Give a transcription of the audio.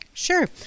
Sure